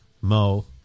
Mo